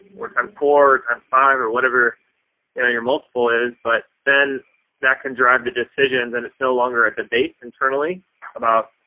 or times four, or times five, or whatever you know your multiple is. but then that can drive the decisions and it's no longer a debate internally about,